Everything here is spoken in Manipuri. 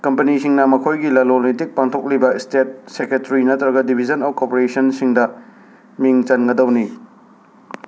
ꯀꯝꯄꯅꯤꯁꯤꯡꯅ ꯃꯈꯣꯏꯒꯤ ꯂꯂꯣꯟ ꯏꯇꯤꯛ ꯄꯥꯡꯊꯣꯛꯂꯤꯕ ꯁ꯭ꯇꯦꯠ ꯁꯦꯀ꯭ꯔꯦꯇ꯭ꯔꯤ ꯅꯠꯇ꯭ꯔꯒ ꯗꯤꯚꯤꯁꯟ ꯑꯣꯐ ꯀꯣꯔꯄꯣꯔꯦꯁꯟꯁꯤꯡꯗ ꯃꯤꯡ ꯆꯟꯒꯗꯧꯅꯤ